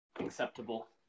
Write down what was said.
acceptable